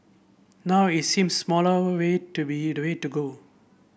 now it seems smaller way to be the way to go